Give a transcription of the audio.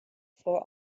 for